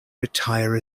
retire